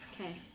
okay